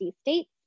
states